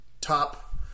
top